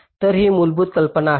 तर ही मूलभूत कल्पना आहे